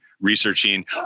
researching